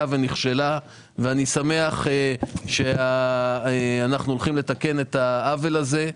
ונכשלה ואני שמח שאנחנו הולכים לתקן את העוול הזה.